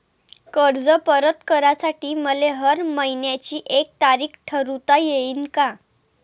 कर्ज परत करासाठी मले हर मइन्याची एक तारीख ठरुता येईन का?